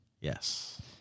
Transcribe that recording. Yes